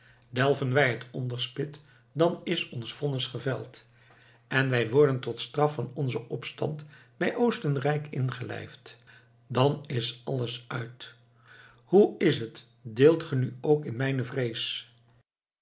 delven wij het onderspit dan is ons vonnis geveld en wij worden tot straf voor onzen opstand bij oostenrijk ingelijfd dan is alles uit hoe is het deelt ge nu ook in mijne vrees